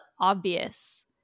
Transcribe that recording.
obvious